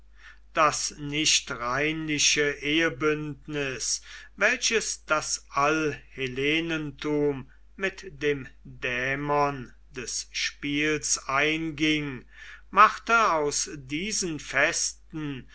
das nicht reinliche ehebündnis welches das allhellenentum mit dem dämon des spiels einging machte aus diesen festen